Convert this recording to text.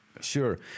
sure